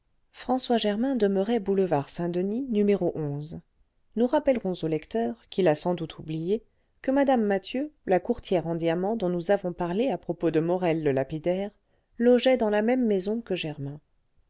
françois germain demeurait boulevard saint-denis n nous rappellerons au lecteur qui l'a sans doute oublié que mme mathieu la courtière en diamants dont nous avons parlé à propos de morel le lapidaire logeait dans la même maison que germain